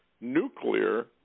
nuclear